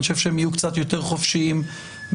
אני חושב שהם יהיו קצת יותר חופשיים בהתייחסות.